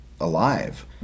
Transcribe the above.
alive